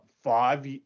five